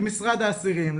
למשרד האסירים,